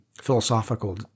philosophical